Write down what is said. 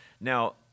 Now